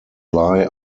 lie